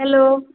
hello